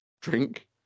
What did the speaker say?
Drink